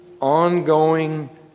ongoing